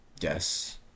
yes